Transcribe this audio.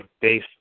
base